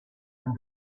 and